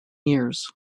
years